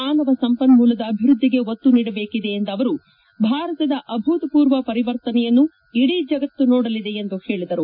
ಮಾನವ ಸಂಪನ್ಮೂಲದ ಅಭಿವೃದ್ಧಿಗೆ ಒತ್ತು ನೀಡಬೇಕಿದೆ ಎಂದ ಅವರು ಭಾರತದ ಅಭೂತಪೂರ್ವ ಪರಿವರ್ತನೆಯನ್ನು ಇಡೀ ಜಗತ್ತು ನೋಡಲಿದೆ ಎಂದು ಹೇಳಿದರು